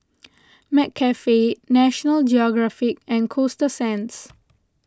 McCafe National Geographic and Coasta Sands